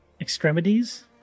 extremities